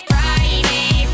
Friday